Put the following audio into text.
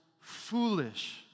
foolish